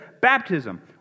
Baptism